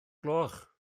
gloch